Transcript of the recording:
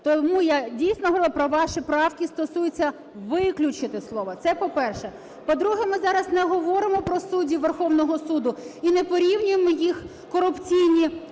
Тому я, дійсно, говорю про ваші правки, стосується "виключити" слово. Це, по-перше. По-друге, ми зараз не говоримо про суддів Верховного Суду і не порівнюємо їх корупційні